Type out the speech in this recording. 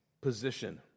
position